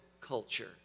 culture